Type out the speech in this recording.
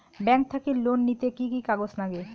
Bank থাকি loan নিতে কি কি কাগজ নাগে?